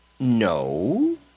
No